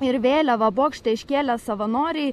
ir vėliavą bokšte iškėlę savanoriai